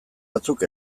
batzuk